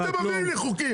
מה אתם מביאים לי חוקים?